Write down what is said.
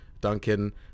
duncan